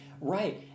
Right